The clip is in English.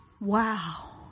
Wow